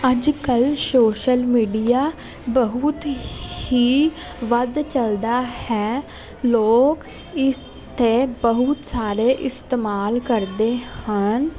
ਅੱਜ ਕੱਲ੍ਹ social media ਬਹੁਤ ਹੀ ਵੱਧ ਚੱਲਦਾ ਹੈ ਲੋਕ ਇਸ ਦਾ ਬਹੁਤ ਸਾਰੇ ਇਸਤੇਮਾਲ ਕਰਦੇ ਹਨ